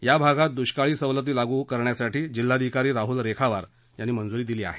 या भागात दुष्काळी सवलती लागु करण्यासाठी जिल्हाधिकारी राहुल रेखावार यांनी मंजुरी दिली आहे